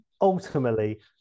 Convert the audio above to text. ultimately